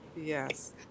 yes